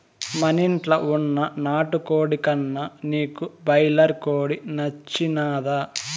మనింట్ల వున్న నాటుకోడి కన్నా నీకు బాయిలర్ కోడి నచ్చినాదా